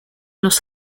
los